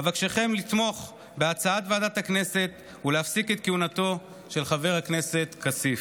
אבקשכם לתמוך בהצעת ועדת הכנסת ולהפסיק את כהונתו של חבר הכנסת כסיף.